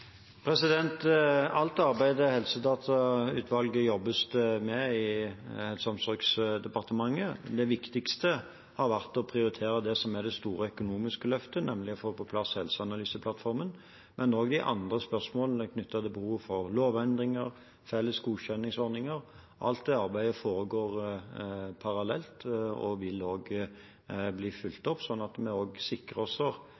dem? Alt arbeid i helsedatutvalget jobbes det med i Helse- og omsorgsdepartementet. Det viktigste har vært å prioritere det som er det store økonomiske løftet, nemlig å få på plass helseanalyseplattformen, men også de andre spørsmålene knyttet til behovet for lovendringer og felles godkjenningsordninger. Alt det arbeidet foregår parallelt og vil også bli fulgt opp, slik at vi sikrer oss lettere og